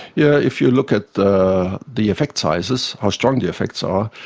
yeah if you look at the the effect sizes, how strong the effects are,